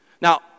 Now